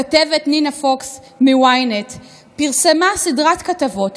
הכתבת נינה פוקס מ-ynet פרסמה סדרת כתבות,